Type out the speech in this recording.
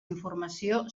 informació